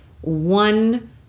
one